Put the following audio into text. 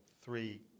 three